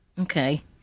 Okay